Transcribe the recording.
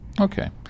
Okay